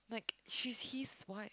like she's his wife